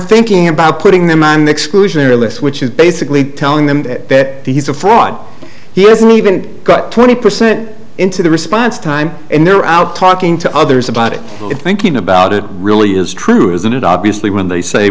thinking about putting them on the exclusionary list which is basically telling them that he's a fraud he hasn't even got twenty percent into the response time and they're out talking to others about it and thinking about it really is true isn't it obviously when they say